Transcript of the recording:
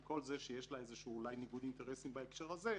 עם כל זה שיש לה אולי איזה ניגוד אינטרסים בהקשר הזה,